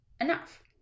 enough